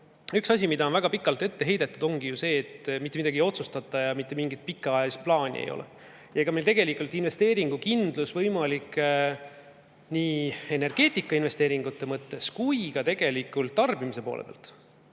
Üks asi, mida on väga pikalt ette heidetud, ongi ju see, et mitte midagi ei otsustata ja mitte mingit pikaajalist plaani meil ei ole. Tegelikult investeeringukindlus nii energeetikainvesteeringute mõttes kui ka tarbimise poole pealt